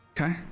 Okay